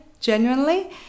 genuinely